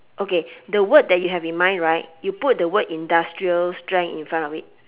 okay the word that you have in mind right you put the word industrial strength in front of it